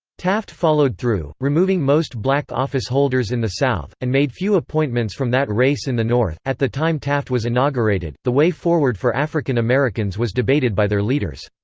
taft followed through, removing most black office holders in the south, and made few appointments from that race in the north at the time taft was inaugurated, the way forward for african americans was debated by their leaders.